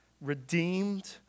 redeemed